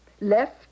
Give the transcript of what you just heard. left